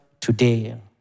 today